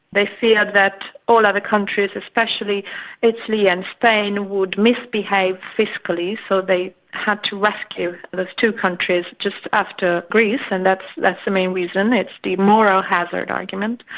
they feared that all other countries especially italy and spain would misbehave fiscally so they had to rescue those two countries just after greece. and that's that's the main reason. it's the moral hazard argument.